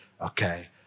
okay